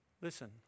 Listen